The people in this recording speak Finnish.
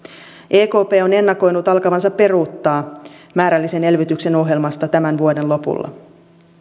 ekp on ennakoinut alkavansa peruuttaa määrällisen elvytyksen ohjelmasta tämän vuoden lopulla